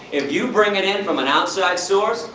if you bring it in from an outside source,